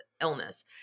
illness